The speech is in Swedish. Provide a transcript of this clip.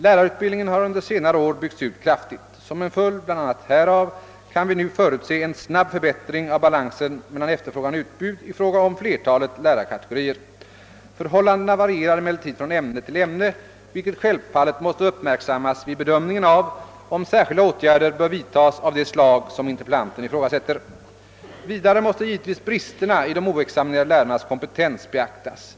Lärarutbildningen har under senare år byggts ut kraftigt. Som en följd bl.a. härav kan vi nu förutse en snabb förbättring av balansen mellan efterfrågan och utbud i fråga om flertalet lärarkategorier. Förhållandena varierar emellertid från ämne till ämne, vilket självfallet måste uppmärksammas vid bedömningen av om särskilda åtgärder bör vidtas av det slag som interpellanten ifrågasätter. Vidare måste givetvis bristerna i de oexaminerade lärarnas kompetens beaktas.